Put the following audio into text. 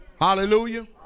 Hallelujah